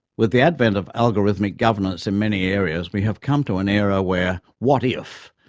with the advent of algorithmic governance in many areas we have come to an era where what if?